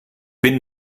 bin